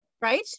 Right